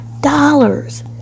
dollars